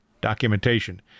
documentation